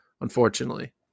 unfortunately